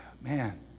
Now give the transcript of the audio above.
man